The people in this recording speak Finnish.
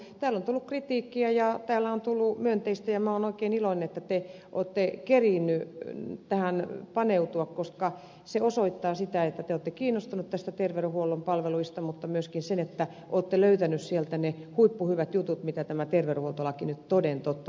täällä on tullut kritiikkiä ja täällä on tullut myönteistä ja olen oikein iloinen että te olette kerinneet tähän paneutua koska se osoittaa että te olette kiinnostuneita terveydenhuollon palveluista mutta myöskin sen että olette löytäneet sieltä ne huippuhyvät jutut mitä tämä terveydenhuoltolaki nyt toden totta tuo